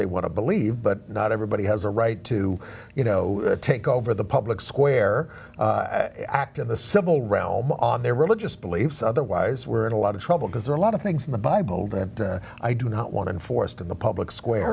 they want to believe but not everybody has a right to you know take over the public square act of the civil realm on their religious beliefs otherwise we're in a lot of trouble because there are a lot of things in the bible the i do not want enforced in the public square